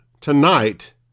Tonight